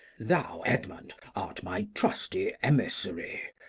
thou, edmund, art my trusty emissary,